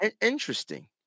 Interesting